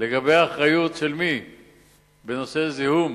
לגבי על מי האחריות בנושא זיהום